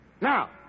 Now